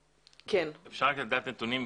אפשר לדעת נתונים,